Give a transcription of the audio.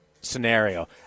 scenario